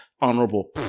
Honorable